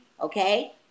okay